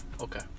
Okay